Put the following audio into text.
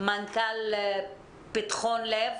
מנכ"ל "פתחון לב".